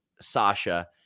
Sasha